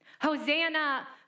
Hosanna